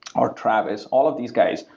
or travis. all of these guys,